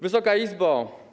Wysoka Izbo!